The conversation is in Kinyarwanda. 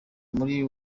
muri